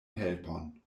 helpon